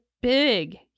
big